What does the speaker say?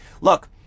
Look